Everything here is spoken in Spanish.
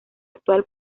actual